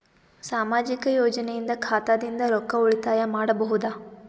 ಸಾಮಾಜಿಕ ಯೋಜನೆಯಿಂದ ಖಾತಾದಿಂದ ರೊಕ್ಕ ಉಳಿತಾಯ ಮಾಡಬಹುದ?